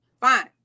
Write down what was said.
fine